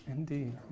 Indeed